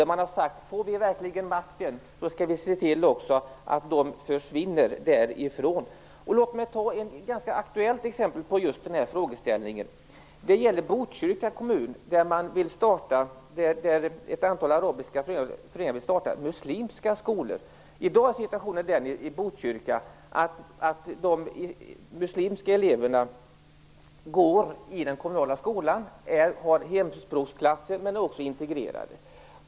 Man har sagt att om man får makten så skall man se till att de försvinner från kommunen. Ett aktuellt exempel på denna frågeställning är Botkyrka kommun. Där vill ett antal arabiska föräldrar starta muslimska skolor. I dag går de muslimska eleverna i den kommunala skolan. De går i hemspråksklasser men är också integrerade.